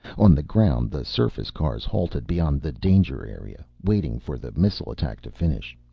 on the ground, the surface cars halted beyond the danger area, waiting for the missile attack to finish.